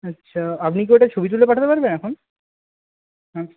আচ্ছা আপনি কি ওটা ছবি তুলে পাঠাতে পারবেন এখন